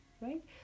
right